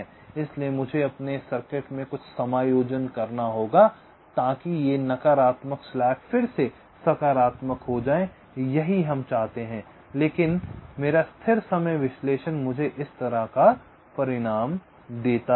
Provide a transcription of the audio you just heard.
इसलिए मुझे अपने सर्किट में कुछ समायोजन करना होगा ताकि ये नकारात्मक स्लैक् फिर से सकारात्मक हो जाएं यही हम चाहते हैं लेकिन मेरा स्थिर समय विश्लेषण मुझे इस तरह का परिणाम देता है